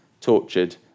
tortured